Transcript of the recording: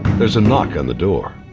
there is a knock on the door.